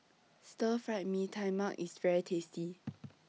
Stir Fry Mee Tai Mak IS very tasty